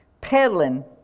peddling